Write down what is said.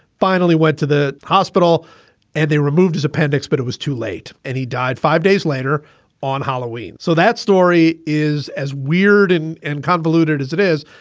finally went to the hospital and they removed his appendix. but it was too late. and he died five days later on halloween. so that story is as weird and and convoluted as it is.